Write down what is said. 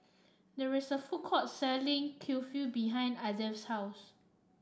there is a food court selling Kulfi behind Adolf's house